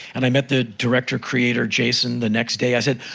and i met the director-creator, jason, the next day. i said,